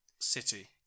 City